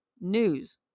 news